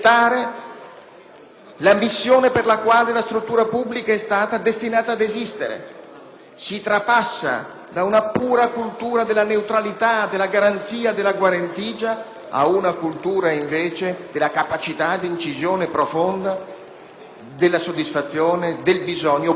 la missione per la quale la struttura pubblica è stata istituita. Si trapassa da una pura cultura della neutralità della garanzia della guarentigia ad una cultura della capacità di incisione profonda della soddisfazione del bisogno pubblico